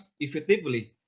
effectively